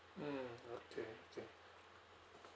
mm okay okay